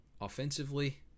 offensively